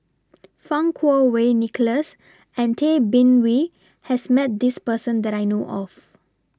Fang Kuo Wei Nicholas and Tay Bin Wee has Met This Person that I know of